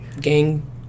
gang